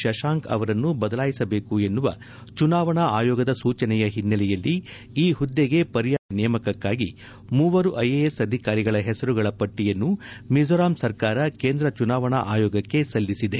ಶಶಾಂಕ್ ಅವರನ್ನು ಬದಲಾಯಿಸಬೇಕು ಎನ್ನುವ ಚುನಾವಣಾ ಆಯೋಗದ ಸೂಚನೆಯ ಹಿನ್ನೆಲೆಯಲ್ಲಿ ಈ ಹುದ್ದೆಗೆ ಪರ್ಯಾಯ ಅಧಿಕಾರಿಯ ನೇಮಕಕ್ಕಾಗಿ ಮೂವರು ಐಎಎಸ್ ಅಧಿಕಾರಿಗಳ ಹೆಸರುಗಳ ಪಟ್ಟಿಯನ್ನು ಮಿಜೋರಾಂ ಸರ್ಕಾರ ಕೇಂದ್ರ ಚುನಾವಣಾ ಆಯೋಗಕ್ಕೆ ಸಲ್ಲಿಸಿದೆ